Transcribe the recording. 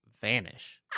vanish